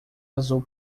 azul